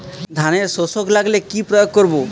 ধানের শোষক লাগলে কি প্রয়োগ করব?